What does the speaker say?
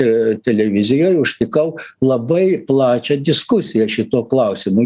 ir televizijoj užtikau labai plačią diskusiją šituo klausimu